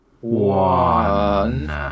one